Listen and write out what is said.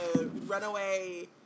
runaway